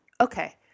Okay